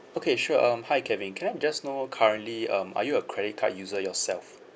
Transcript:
okay sure um hi kevin can I just know currently um are you a credit card user yourself